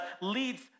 leads